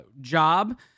job